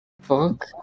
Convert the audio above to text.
Fuck